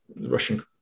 Russian